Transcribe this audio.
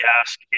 ask